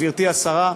גברתי השרה,